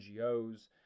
NGOs